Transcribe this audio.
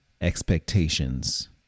expectations